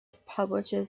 publishes